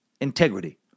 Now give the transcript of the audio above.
integrity